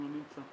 גלעד.